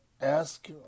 ask